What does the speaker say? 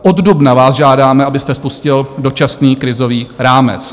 Od dubna vás žádáme, abyste spustil dočasný krizový rámec.